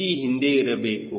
G ಹಿಂದೆ ಇರಬೇಕು